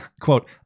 quote